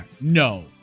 no